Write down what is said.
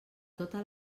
tota